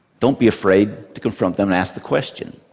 don't be afraid to confront them and ask the question.